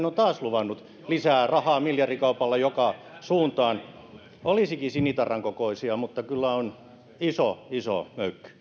on taas luvannut lisää rahaa miljardikaupalla joka suuntaan olisikin sinitarran kokoisia mutta kyllä on iso iso